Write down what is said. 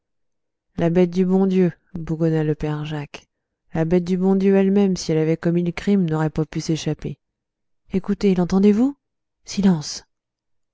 la bête du bon dieu bougonna le père jacques la bête du bon dieu elle-même si elle avait commis le crime n'aurait pas pu s'échapper écoutez l'entendez-vous silence